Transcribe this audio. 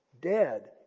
dead